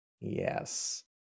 yes